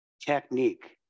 technique